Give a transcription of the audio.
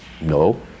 no